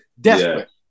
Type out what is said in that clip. Desperate